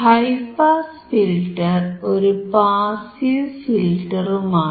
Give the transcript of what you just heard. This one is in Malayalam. ഹൈ പാസ് ഫിൽറ്റർ ഒരു പാസീവ് ഫിൽറ്ററുമാണ്